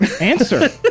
Answer